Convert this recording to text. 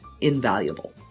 invaluable